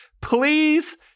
Please